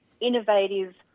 innovative